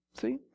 See